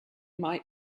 might